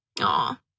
Aw